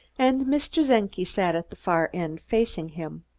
and mr. czenki sat at the far end, facing him.